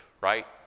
right